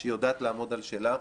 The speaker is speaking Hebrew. שהיא יודעת לעמוד על שלה.